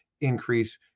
increase